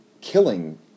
killing